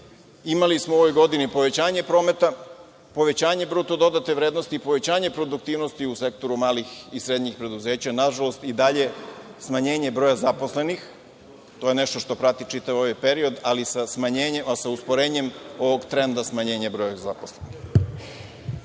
Imali smo u ovoj godini povećanje prometa, povećanje bruto dodate vrednosti, povećanje produktivnosti u sektoru malih i srednjih preduzeća, nažalost, i dalje smanjenje broja zaposlenih. To je nešto što prati čitav ovaj period, ali sa usporenjem ovog trenda smanjenja broja zaposlenih.